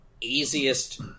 easiest